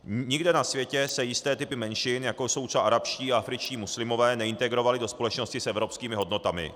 Nikde na světě se jisté typy menšin, jako jsou třeba arabští a afričtí muslimové, neintegrovaly do společnosti s evropskými hodnotami.